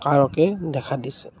কাৰকে দেখা দিছে